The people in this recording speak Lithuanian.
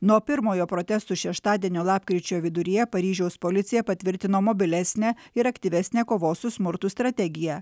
nuo pirmojo protesto šeštadienio lapkričio viduryje paryžiaus policija patvirtino mobilesnę ir aktyvesnę kovos su smurtu strategiją